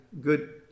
good